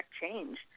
change